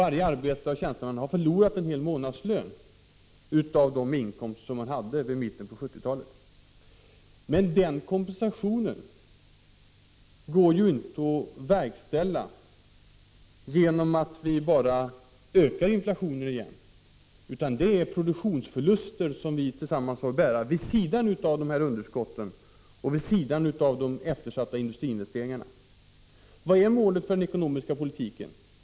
Varje arbetare och tjänsteman har förlorat en hel månadslön av de inkomster som de hade i mitten av 1970-talet men det går inte att kompensera detta bortfall genom att öka lönestegringsoch inflationstakten. Det är produktionsförluster som vi tillsammans får bära vid sidan av underskotten och vid sidan av de eftersatta industriinvesteringarna. Vad är målet för den ekonomiska politiken?